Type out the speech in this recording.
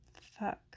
Fuck